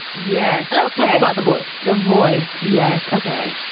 yes. let's talk about the voice the voice. yes. ok,